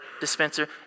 dispenser